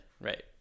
right